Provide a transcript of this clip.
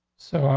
so, ah,